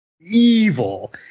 evil